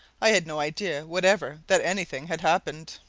i had no idea whatever that anything had happened.